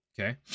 okay